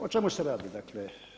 O čemu se radi dakle?